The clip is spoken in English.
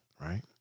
Right